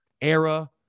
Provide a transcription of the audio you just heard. era